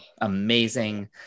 amazing